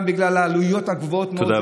גם בגלל העלויות הגבוהות מאוד,